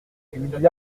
lui